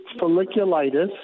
folliculitis